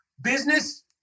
business